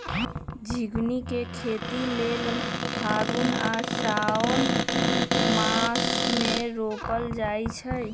झिगुनी के खेती लेल फागुन आ साओंन मासमे रोपल जाइ छै